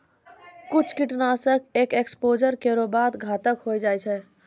कुछ कीट नाशक एक एक्सपोज़र केरो बाद घातक होय जाय छै